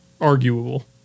Arguable